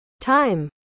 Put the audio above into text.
time